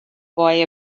boy